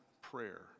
prayer